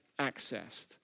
accessed